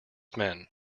men